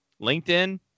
LinkedIn